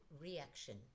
reaction